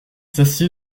s’assied